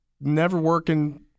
never-working